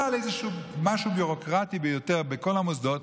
על איזשהו משהו ביורוקרטי ביותר בכל המוסדות,